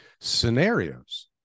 scenarios